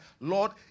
Lord